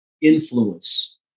influence